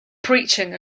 preaching